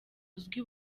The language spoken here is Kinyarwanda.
uzwi